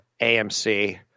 AMC